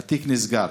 התיק נסגר.